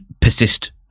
persist